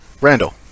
Randall